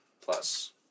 Plus